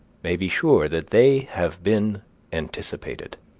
may be sure that they have been anticipated.